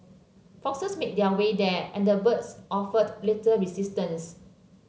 foxes made their way there and the birds offered little resistance